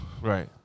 Right